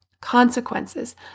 consequences